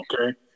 okay